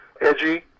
edgy